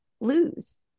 lose